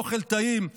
אוכל טעים,